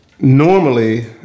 normally